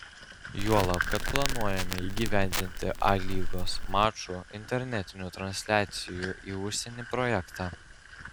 juolab kad planuojame įgyvendinti a lygos mačų internetinių transliacijų į užsienį projektą